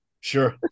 Sure